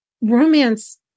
romance